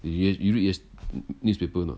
the U_S you read U_S newspaper or not uh